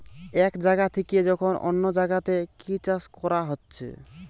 এক জাগা থিকে যখন অন্য জাগাতে কি চাষ কোরা হচ্ছে